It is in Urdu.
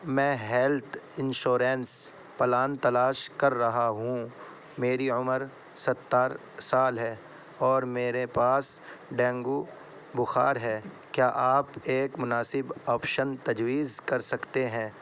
میں ہیلتھ انشورنس پلان تلاش کر رہا ہوں میری عمر ستر سال ہے اور میرے پاس ڈینگو بخار ہے کیا آپ ایک مناسب آپشن تجویز کر سکتے ہیں